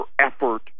effort